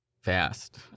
fast